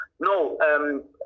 No